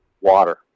water